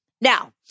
Now